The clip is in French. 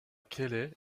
kelley